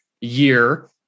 year